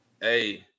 Hey